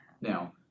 Now